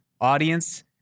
audience